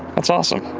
that's awesome.